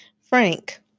Frank